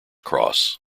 cross